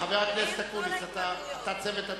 חבר הכנסת אקוניס, אתה צוות התגובות?